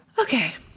Okay